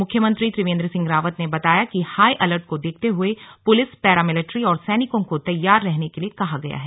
मुख्यमंत्री त्रिवेंद्र सिंह रावत ने बताया कि हाई अलर्ट को देखते हुए पुलिस पैरामिलिट्री और सैनिकों को तैयार रहने के लिए कहा गया है